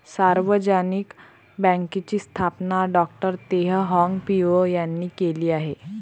सार्वजनिक बँकेची स्थापना डॉ तेह हाँग पिओ यांनी केली आहे